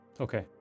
Okay